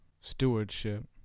stewardship